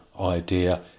idea